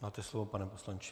Máte slovo, pane poslanče.